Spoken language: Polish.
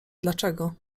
dlaczego